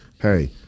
Hey